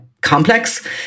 complex